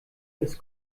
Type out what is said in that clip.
ist